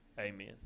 amen